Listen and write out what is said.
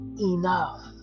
enough